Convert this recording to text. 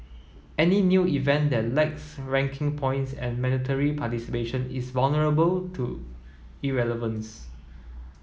any new event that lacks ranking points and mandatory participation is vulnerable to irrelevance